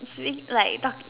you see like talk